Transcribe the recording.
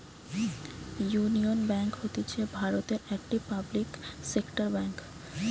union Bank হতিছে ভারতের একটি পাবলিক সেক্টর বেঙ্ক